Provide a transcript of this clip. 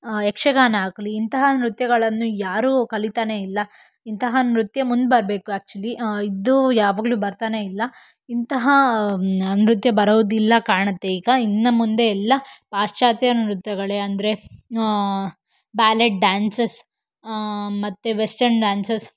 ಯಕ್ಷಗಾನ ಆಗಲಿ ಇಂತಹ ನೃತ್ಯಗಳನ್ನು ಯಾರು ಕಲಿತಾನೇ ಇಲ್ಲ ಇಂತಹ ನೃತ್ಯ ಮುಂದೆ ಬರಬೇಕು ಆ್ಯಕ್ಚುಲಿ ಇದು ಯಾವಾಗಲೂ ಬರ್ತಾನೇ ಇಲ್ಲ ಇಂತಹ ನೃತ್ಯ ಬರೋದಿಲ್ಲ ಕಾಣುತ್ತೆ ಈಗ ಇನ್ನು ಮುಂದೆ ಎಲ್ಲ ಪಾಶ್ಚಾತ್ಯ ನೃತ್ಯಗಳೇ ಅಂದರೆ ಬ್ಯಾಲೆಡ್ ಡ್ಯಾನ್ಸಸ್ ಮತ್ತು ವೆಸ್ಟೆರ್ನ್ ಡ್ಯಾನ್ಸಸ್